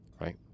Right